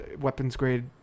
weapons-grade